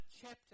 chapter